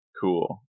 Cool